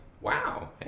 Wow